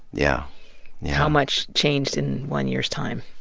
yeah yeah how much changed in one year's time.